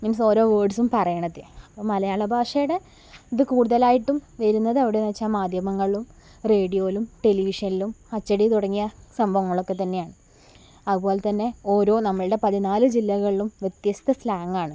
means ഓരോ വേർഡ്സും പറയുന്നത് മലയാള ഭാഷയുടെ ഇത് കൂടുതലായിട്ടും വരുന്നത് എവിടെ എന്നു വച്ചാൽ മാധ്യമങ്ങളും റേഡിയോലും ടെലിവിഷനിലും അച്ചടി തുടങ്ങിയ സംഭവങ്ങളിലൊക്കെ തന്നെയാണ് അതുപോലെ തന്നെ ഓരോ നമ്മളുടെ പതിനാല് ജില്ലകളിലും വ്യത്യസ്ഥ സ്ലാംഗാണ്